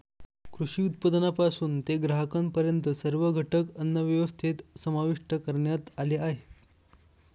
कृषी उत्पादनापासून ते ग्राहकांपर्यंत सर्व घटक अन्नव्यवस्थेत समाविष्ट करण्यात आले आहेत